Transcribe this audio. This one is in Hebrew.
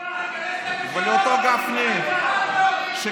אמרה לנו להיכנס לגטאות, אמרה לנו להיכנס לגטאות.